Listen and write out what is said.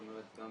זאת אומרת גם